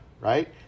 right